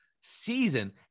season